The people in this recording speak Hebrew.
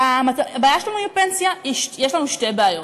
הבעיה שלנו עם הפנסיה, יש לנו שתי בעיות.